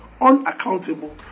unaccountable